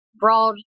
broad